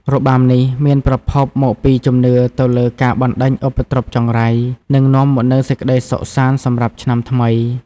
របាំនេះមានប្រភពមកពីជំនឿទៅលើការបណ្តេញឧបទ្រពចង្រៃ និងនាំមកនូវសេចក្តីសុខសាន្តសម្រាប់ឆ្នាំថ្មី។